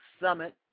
summit